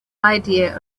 idea